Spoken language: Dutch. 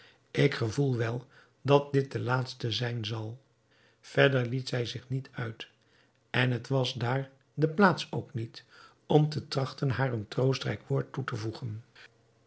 ik gevoel wel dat dit de laatste zijn zal verder liet zij zich niet uit en het was daar de plaats ook niet om te trachten haar een troostrijk woord toe te voegen